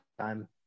time